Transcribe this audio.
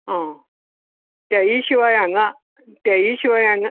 आं तेंय शिवाय हांगा तेंय शिवाय हांगा